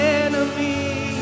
enemy